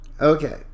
Okay